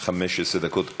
15 דקות.